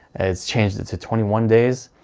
it's changed it to twenty one days.